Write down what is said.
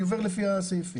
אני מתייחס לפי הסעיפים.